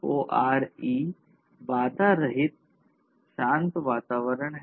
CoRE बाधा रहित शांत वातावरण है